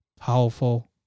Powerful